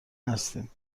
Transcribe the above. هستیم